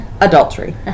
adultery